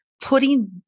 putting